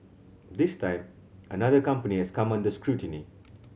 this time another company has come under scrutiny